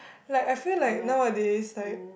like I feel like nowadays like